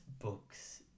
books